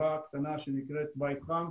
חברה קטנה שנקראת "בית חם",